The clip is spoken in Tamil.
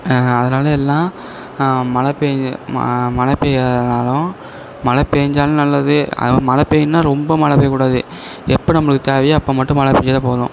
அதனால் எல்லாம் மழை பெஞ்சால் மழை பெய்யலனாலும் மழை பெஞ்சாலும் நல்லது அதை மழை பெய்யலைனா ரொம்ப மழை பெய்ய கூடாது எப்போ நம்மளுக்கு தேவையோ அப்போ மட்டும் மழை பெஞ்சாலே போதும்